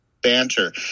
banter